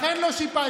לכן לא שיפצתם.